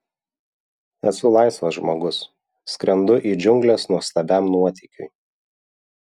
esu laisvas žmogus skrendu į džiungles nuostabiam nuotykiui